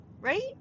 right